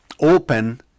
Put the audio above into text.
open